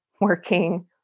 working